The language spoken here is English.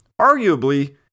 arguably